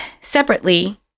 separately